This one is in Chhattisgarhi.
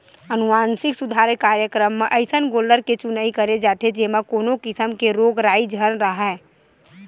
अनुवांसिक सुधार कार्यकरम म अइसन गोल्लर के चुनई करे जाथे जेमा कोनो किसम के रोग राई झन राहय